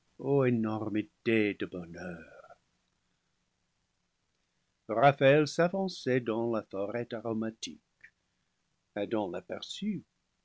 ô énormité de bonheur raphaël s'avançait dans la forêt aromatique adam l'aperçut